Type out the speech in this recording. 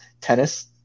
tennis